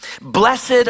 Blessed